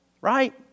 Right